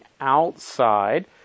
outside